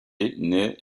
naît